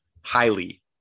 highly